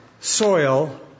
soil